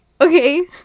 okay